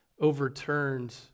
overturned